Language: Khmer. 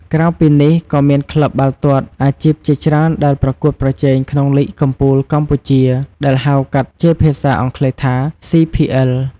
ក្រៅពីនេះ ក៏មានក្លឹបបាល់ទាត់អាជីពជាច្រើនដែលប្រកួតប្រជែងក្នុងលីគកំពូលកម្ពុជា ដែលហៅកាត់ជាភាសាអង់គ្លេសថា CPL។